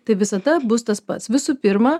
tai visada bus tas pats visų pirma